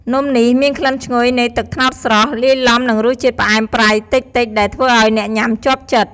នំនេះមានក្លិនឈ្ងុយនៃទឹកត្នោតស្រស់ លាយឡំនឹងរសជាតិផ្អែមប្រៃតិចៗ ដែលធ្វើឱ្យអ្នកញ៉ាំជាប់ចិត្ត។